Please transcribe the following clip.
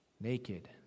Naked